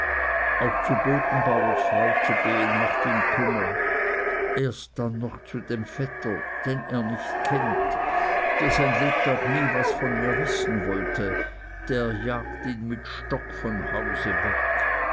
auch zu bodenbauers frau zu gehen macht ihm kummer erst dann noch zu dem vetter den er nicht kennt der sein lebtag nie was von mir wissen wollte der jagt ihn mit dem stock vom hause weg